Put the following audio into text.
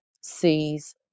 sees